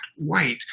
white